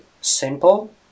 simple